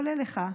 כולל לך,